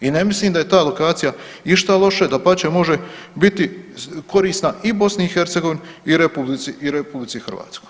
I ne mislim da je ta lokacija išta loše, dapače, može biti korisna i BiH i RH.